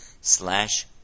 slash